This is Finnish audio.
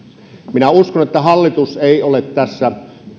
minä uskon että hallitus ei ole tässä